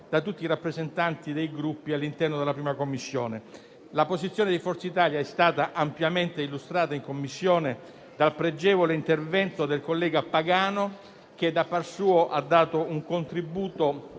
da tutti i rappresentanti dei Gruppi all'interno della 1a Commissione. La posizione di Forza Italia è stata ampiamente illustrata in Commissione dal pregevole intervento del collega Pagano, che ha fornito un contributo